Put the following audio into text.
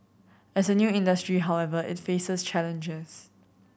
as a new industry however it faces challenges